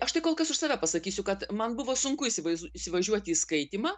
aš tai kol kas už save pasakysiu kad man buvo sunku įsivaiz įsivažiuoti į skaitymą